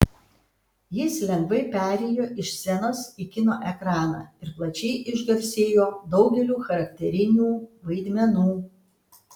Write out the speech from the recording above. jis lengvai perėjo iš scenos į kino ekraną ir plačiai išgarsėjo daugeliu charakterinių vaidmenų